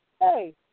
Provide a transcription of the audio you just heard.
Hey